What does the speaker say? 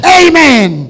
amen